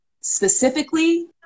specifically